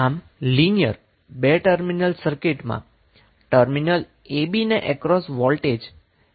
આમ લિનીયર બે ટર્મિનલ સર્કિટમાં ટર્મિનલ a b ને અક્રોસ વોલ્ટેજ કે જે Vth બરાબર થાય છે